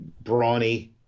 Brawny